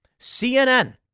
CNN